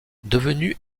devenue